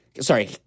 sorry